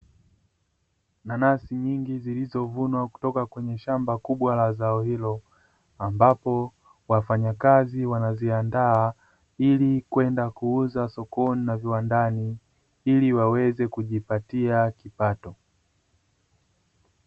Nanasi nyingi zilizovunwa kutoka kwenye shamba kubwa la zao hilo, ambapo wafanyakazi wanaziandaa ili kwenda kuuza sokoni na viwandani ili waweze kujipatia kipato.